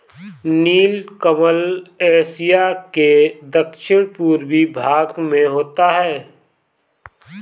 नीलकमल Asia के दक्षिण पूर्वी भाग में होता है